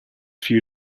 few